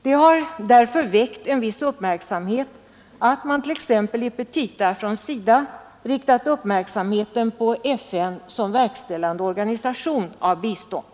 Det har därför väckt en viss uppmärksamhet att man t.ex. i SIDA:s petita har riktat blickarna på FN som verkställande organisation för bistånd.